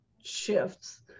shifts